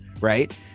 right